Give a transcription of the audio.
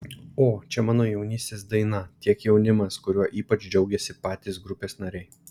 o čia mano jaunystės daina tiek jaunimas kuriuo ypač džiaugiasi patys grupės nariai